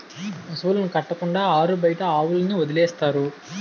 పశువుల శాలలు కట్టకుండా ఆరుబయట ఆవుల్ని వదిలేస్తారు